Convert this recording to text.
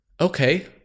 okay